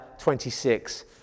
26